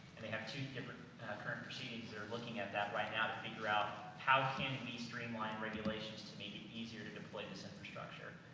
they have two different current proceedings, that are looking at that right now to figure out how can we and streamline regulations to make it easier to deploy this infrastructure.